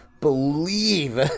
believe